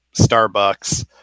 Starbucks